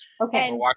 Okay